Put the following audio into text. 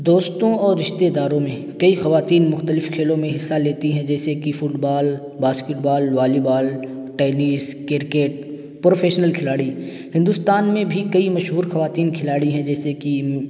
دوستوں اور رشتے داروں میں کئی خواتین مختلف کھیلوں میں حصہ لیتی ہیں جیسے کہ football basketball volleyball tennis cricket professional کھلاڑی ہندوستان میں بھی کئی مشہور خواتین کھلاڑی ہیں جیسے کہ